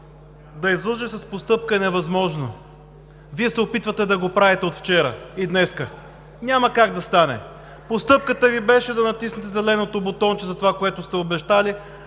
Да излъжеш с постъпка е невъзможно. Вие се опитвате да го правите от вчера и днес. Няма как да стане! Постъпката Ви беше да натиснете зеленото бутонче за това, което сте обещали,